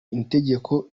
itegeko